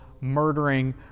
murdering